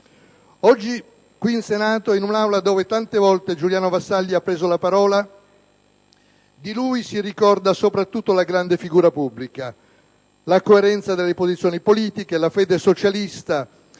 Oggi, qui in Senato, in un'Aula dove tante volte Giuliano Vassalli ha preso la parola, di lui si ricorda soprattutto la grande figura pubblica. La coerenza delle posizioni politiche, la fede socialista,